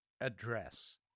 address